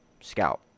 Scout